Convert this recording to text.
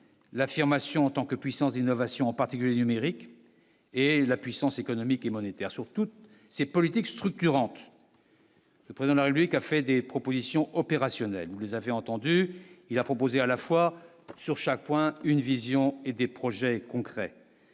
l'affirmation en tant que puissance d'innovation en particulier numérique et la puissance économique et monétaire sur toutes ces politiques structurantes. Le président de la République a fait des propositions opérationnelles, vous les avez entendu il y a proposé à la fois sur chaque point, une vision et des projets concrets